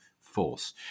force